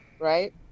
right